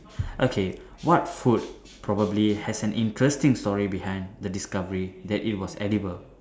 okay what food probably has an interesting story behind the discovery that it was edible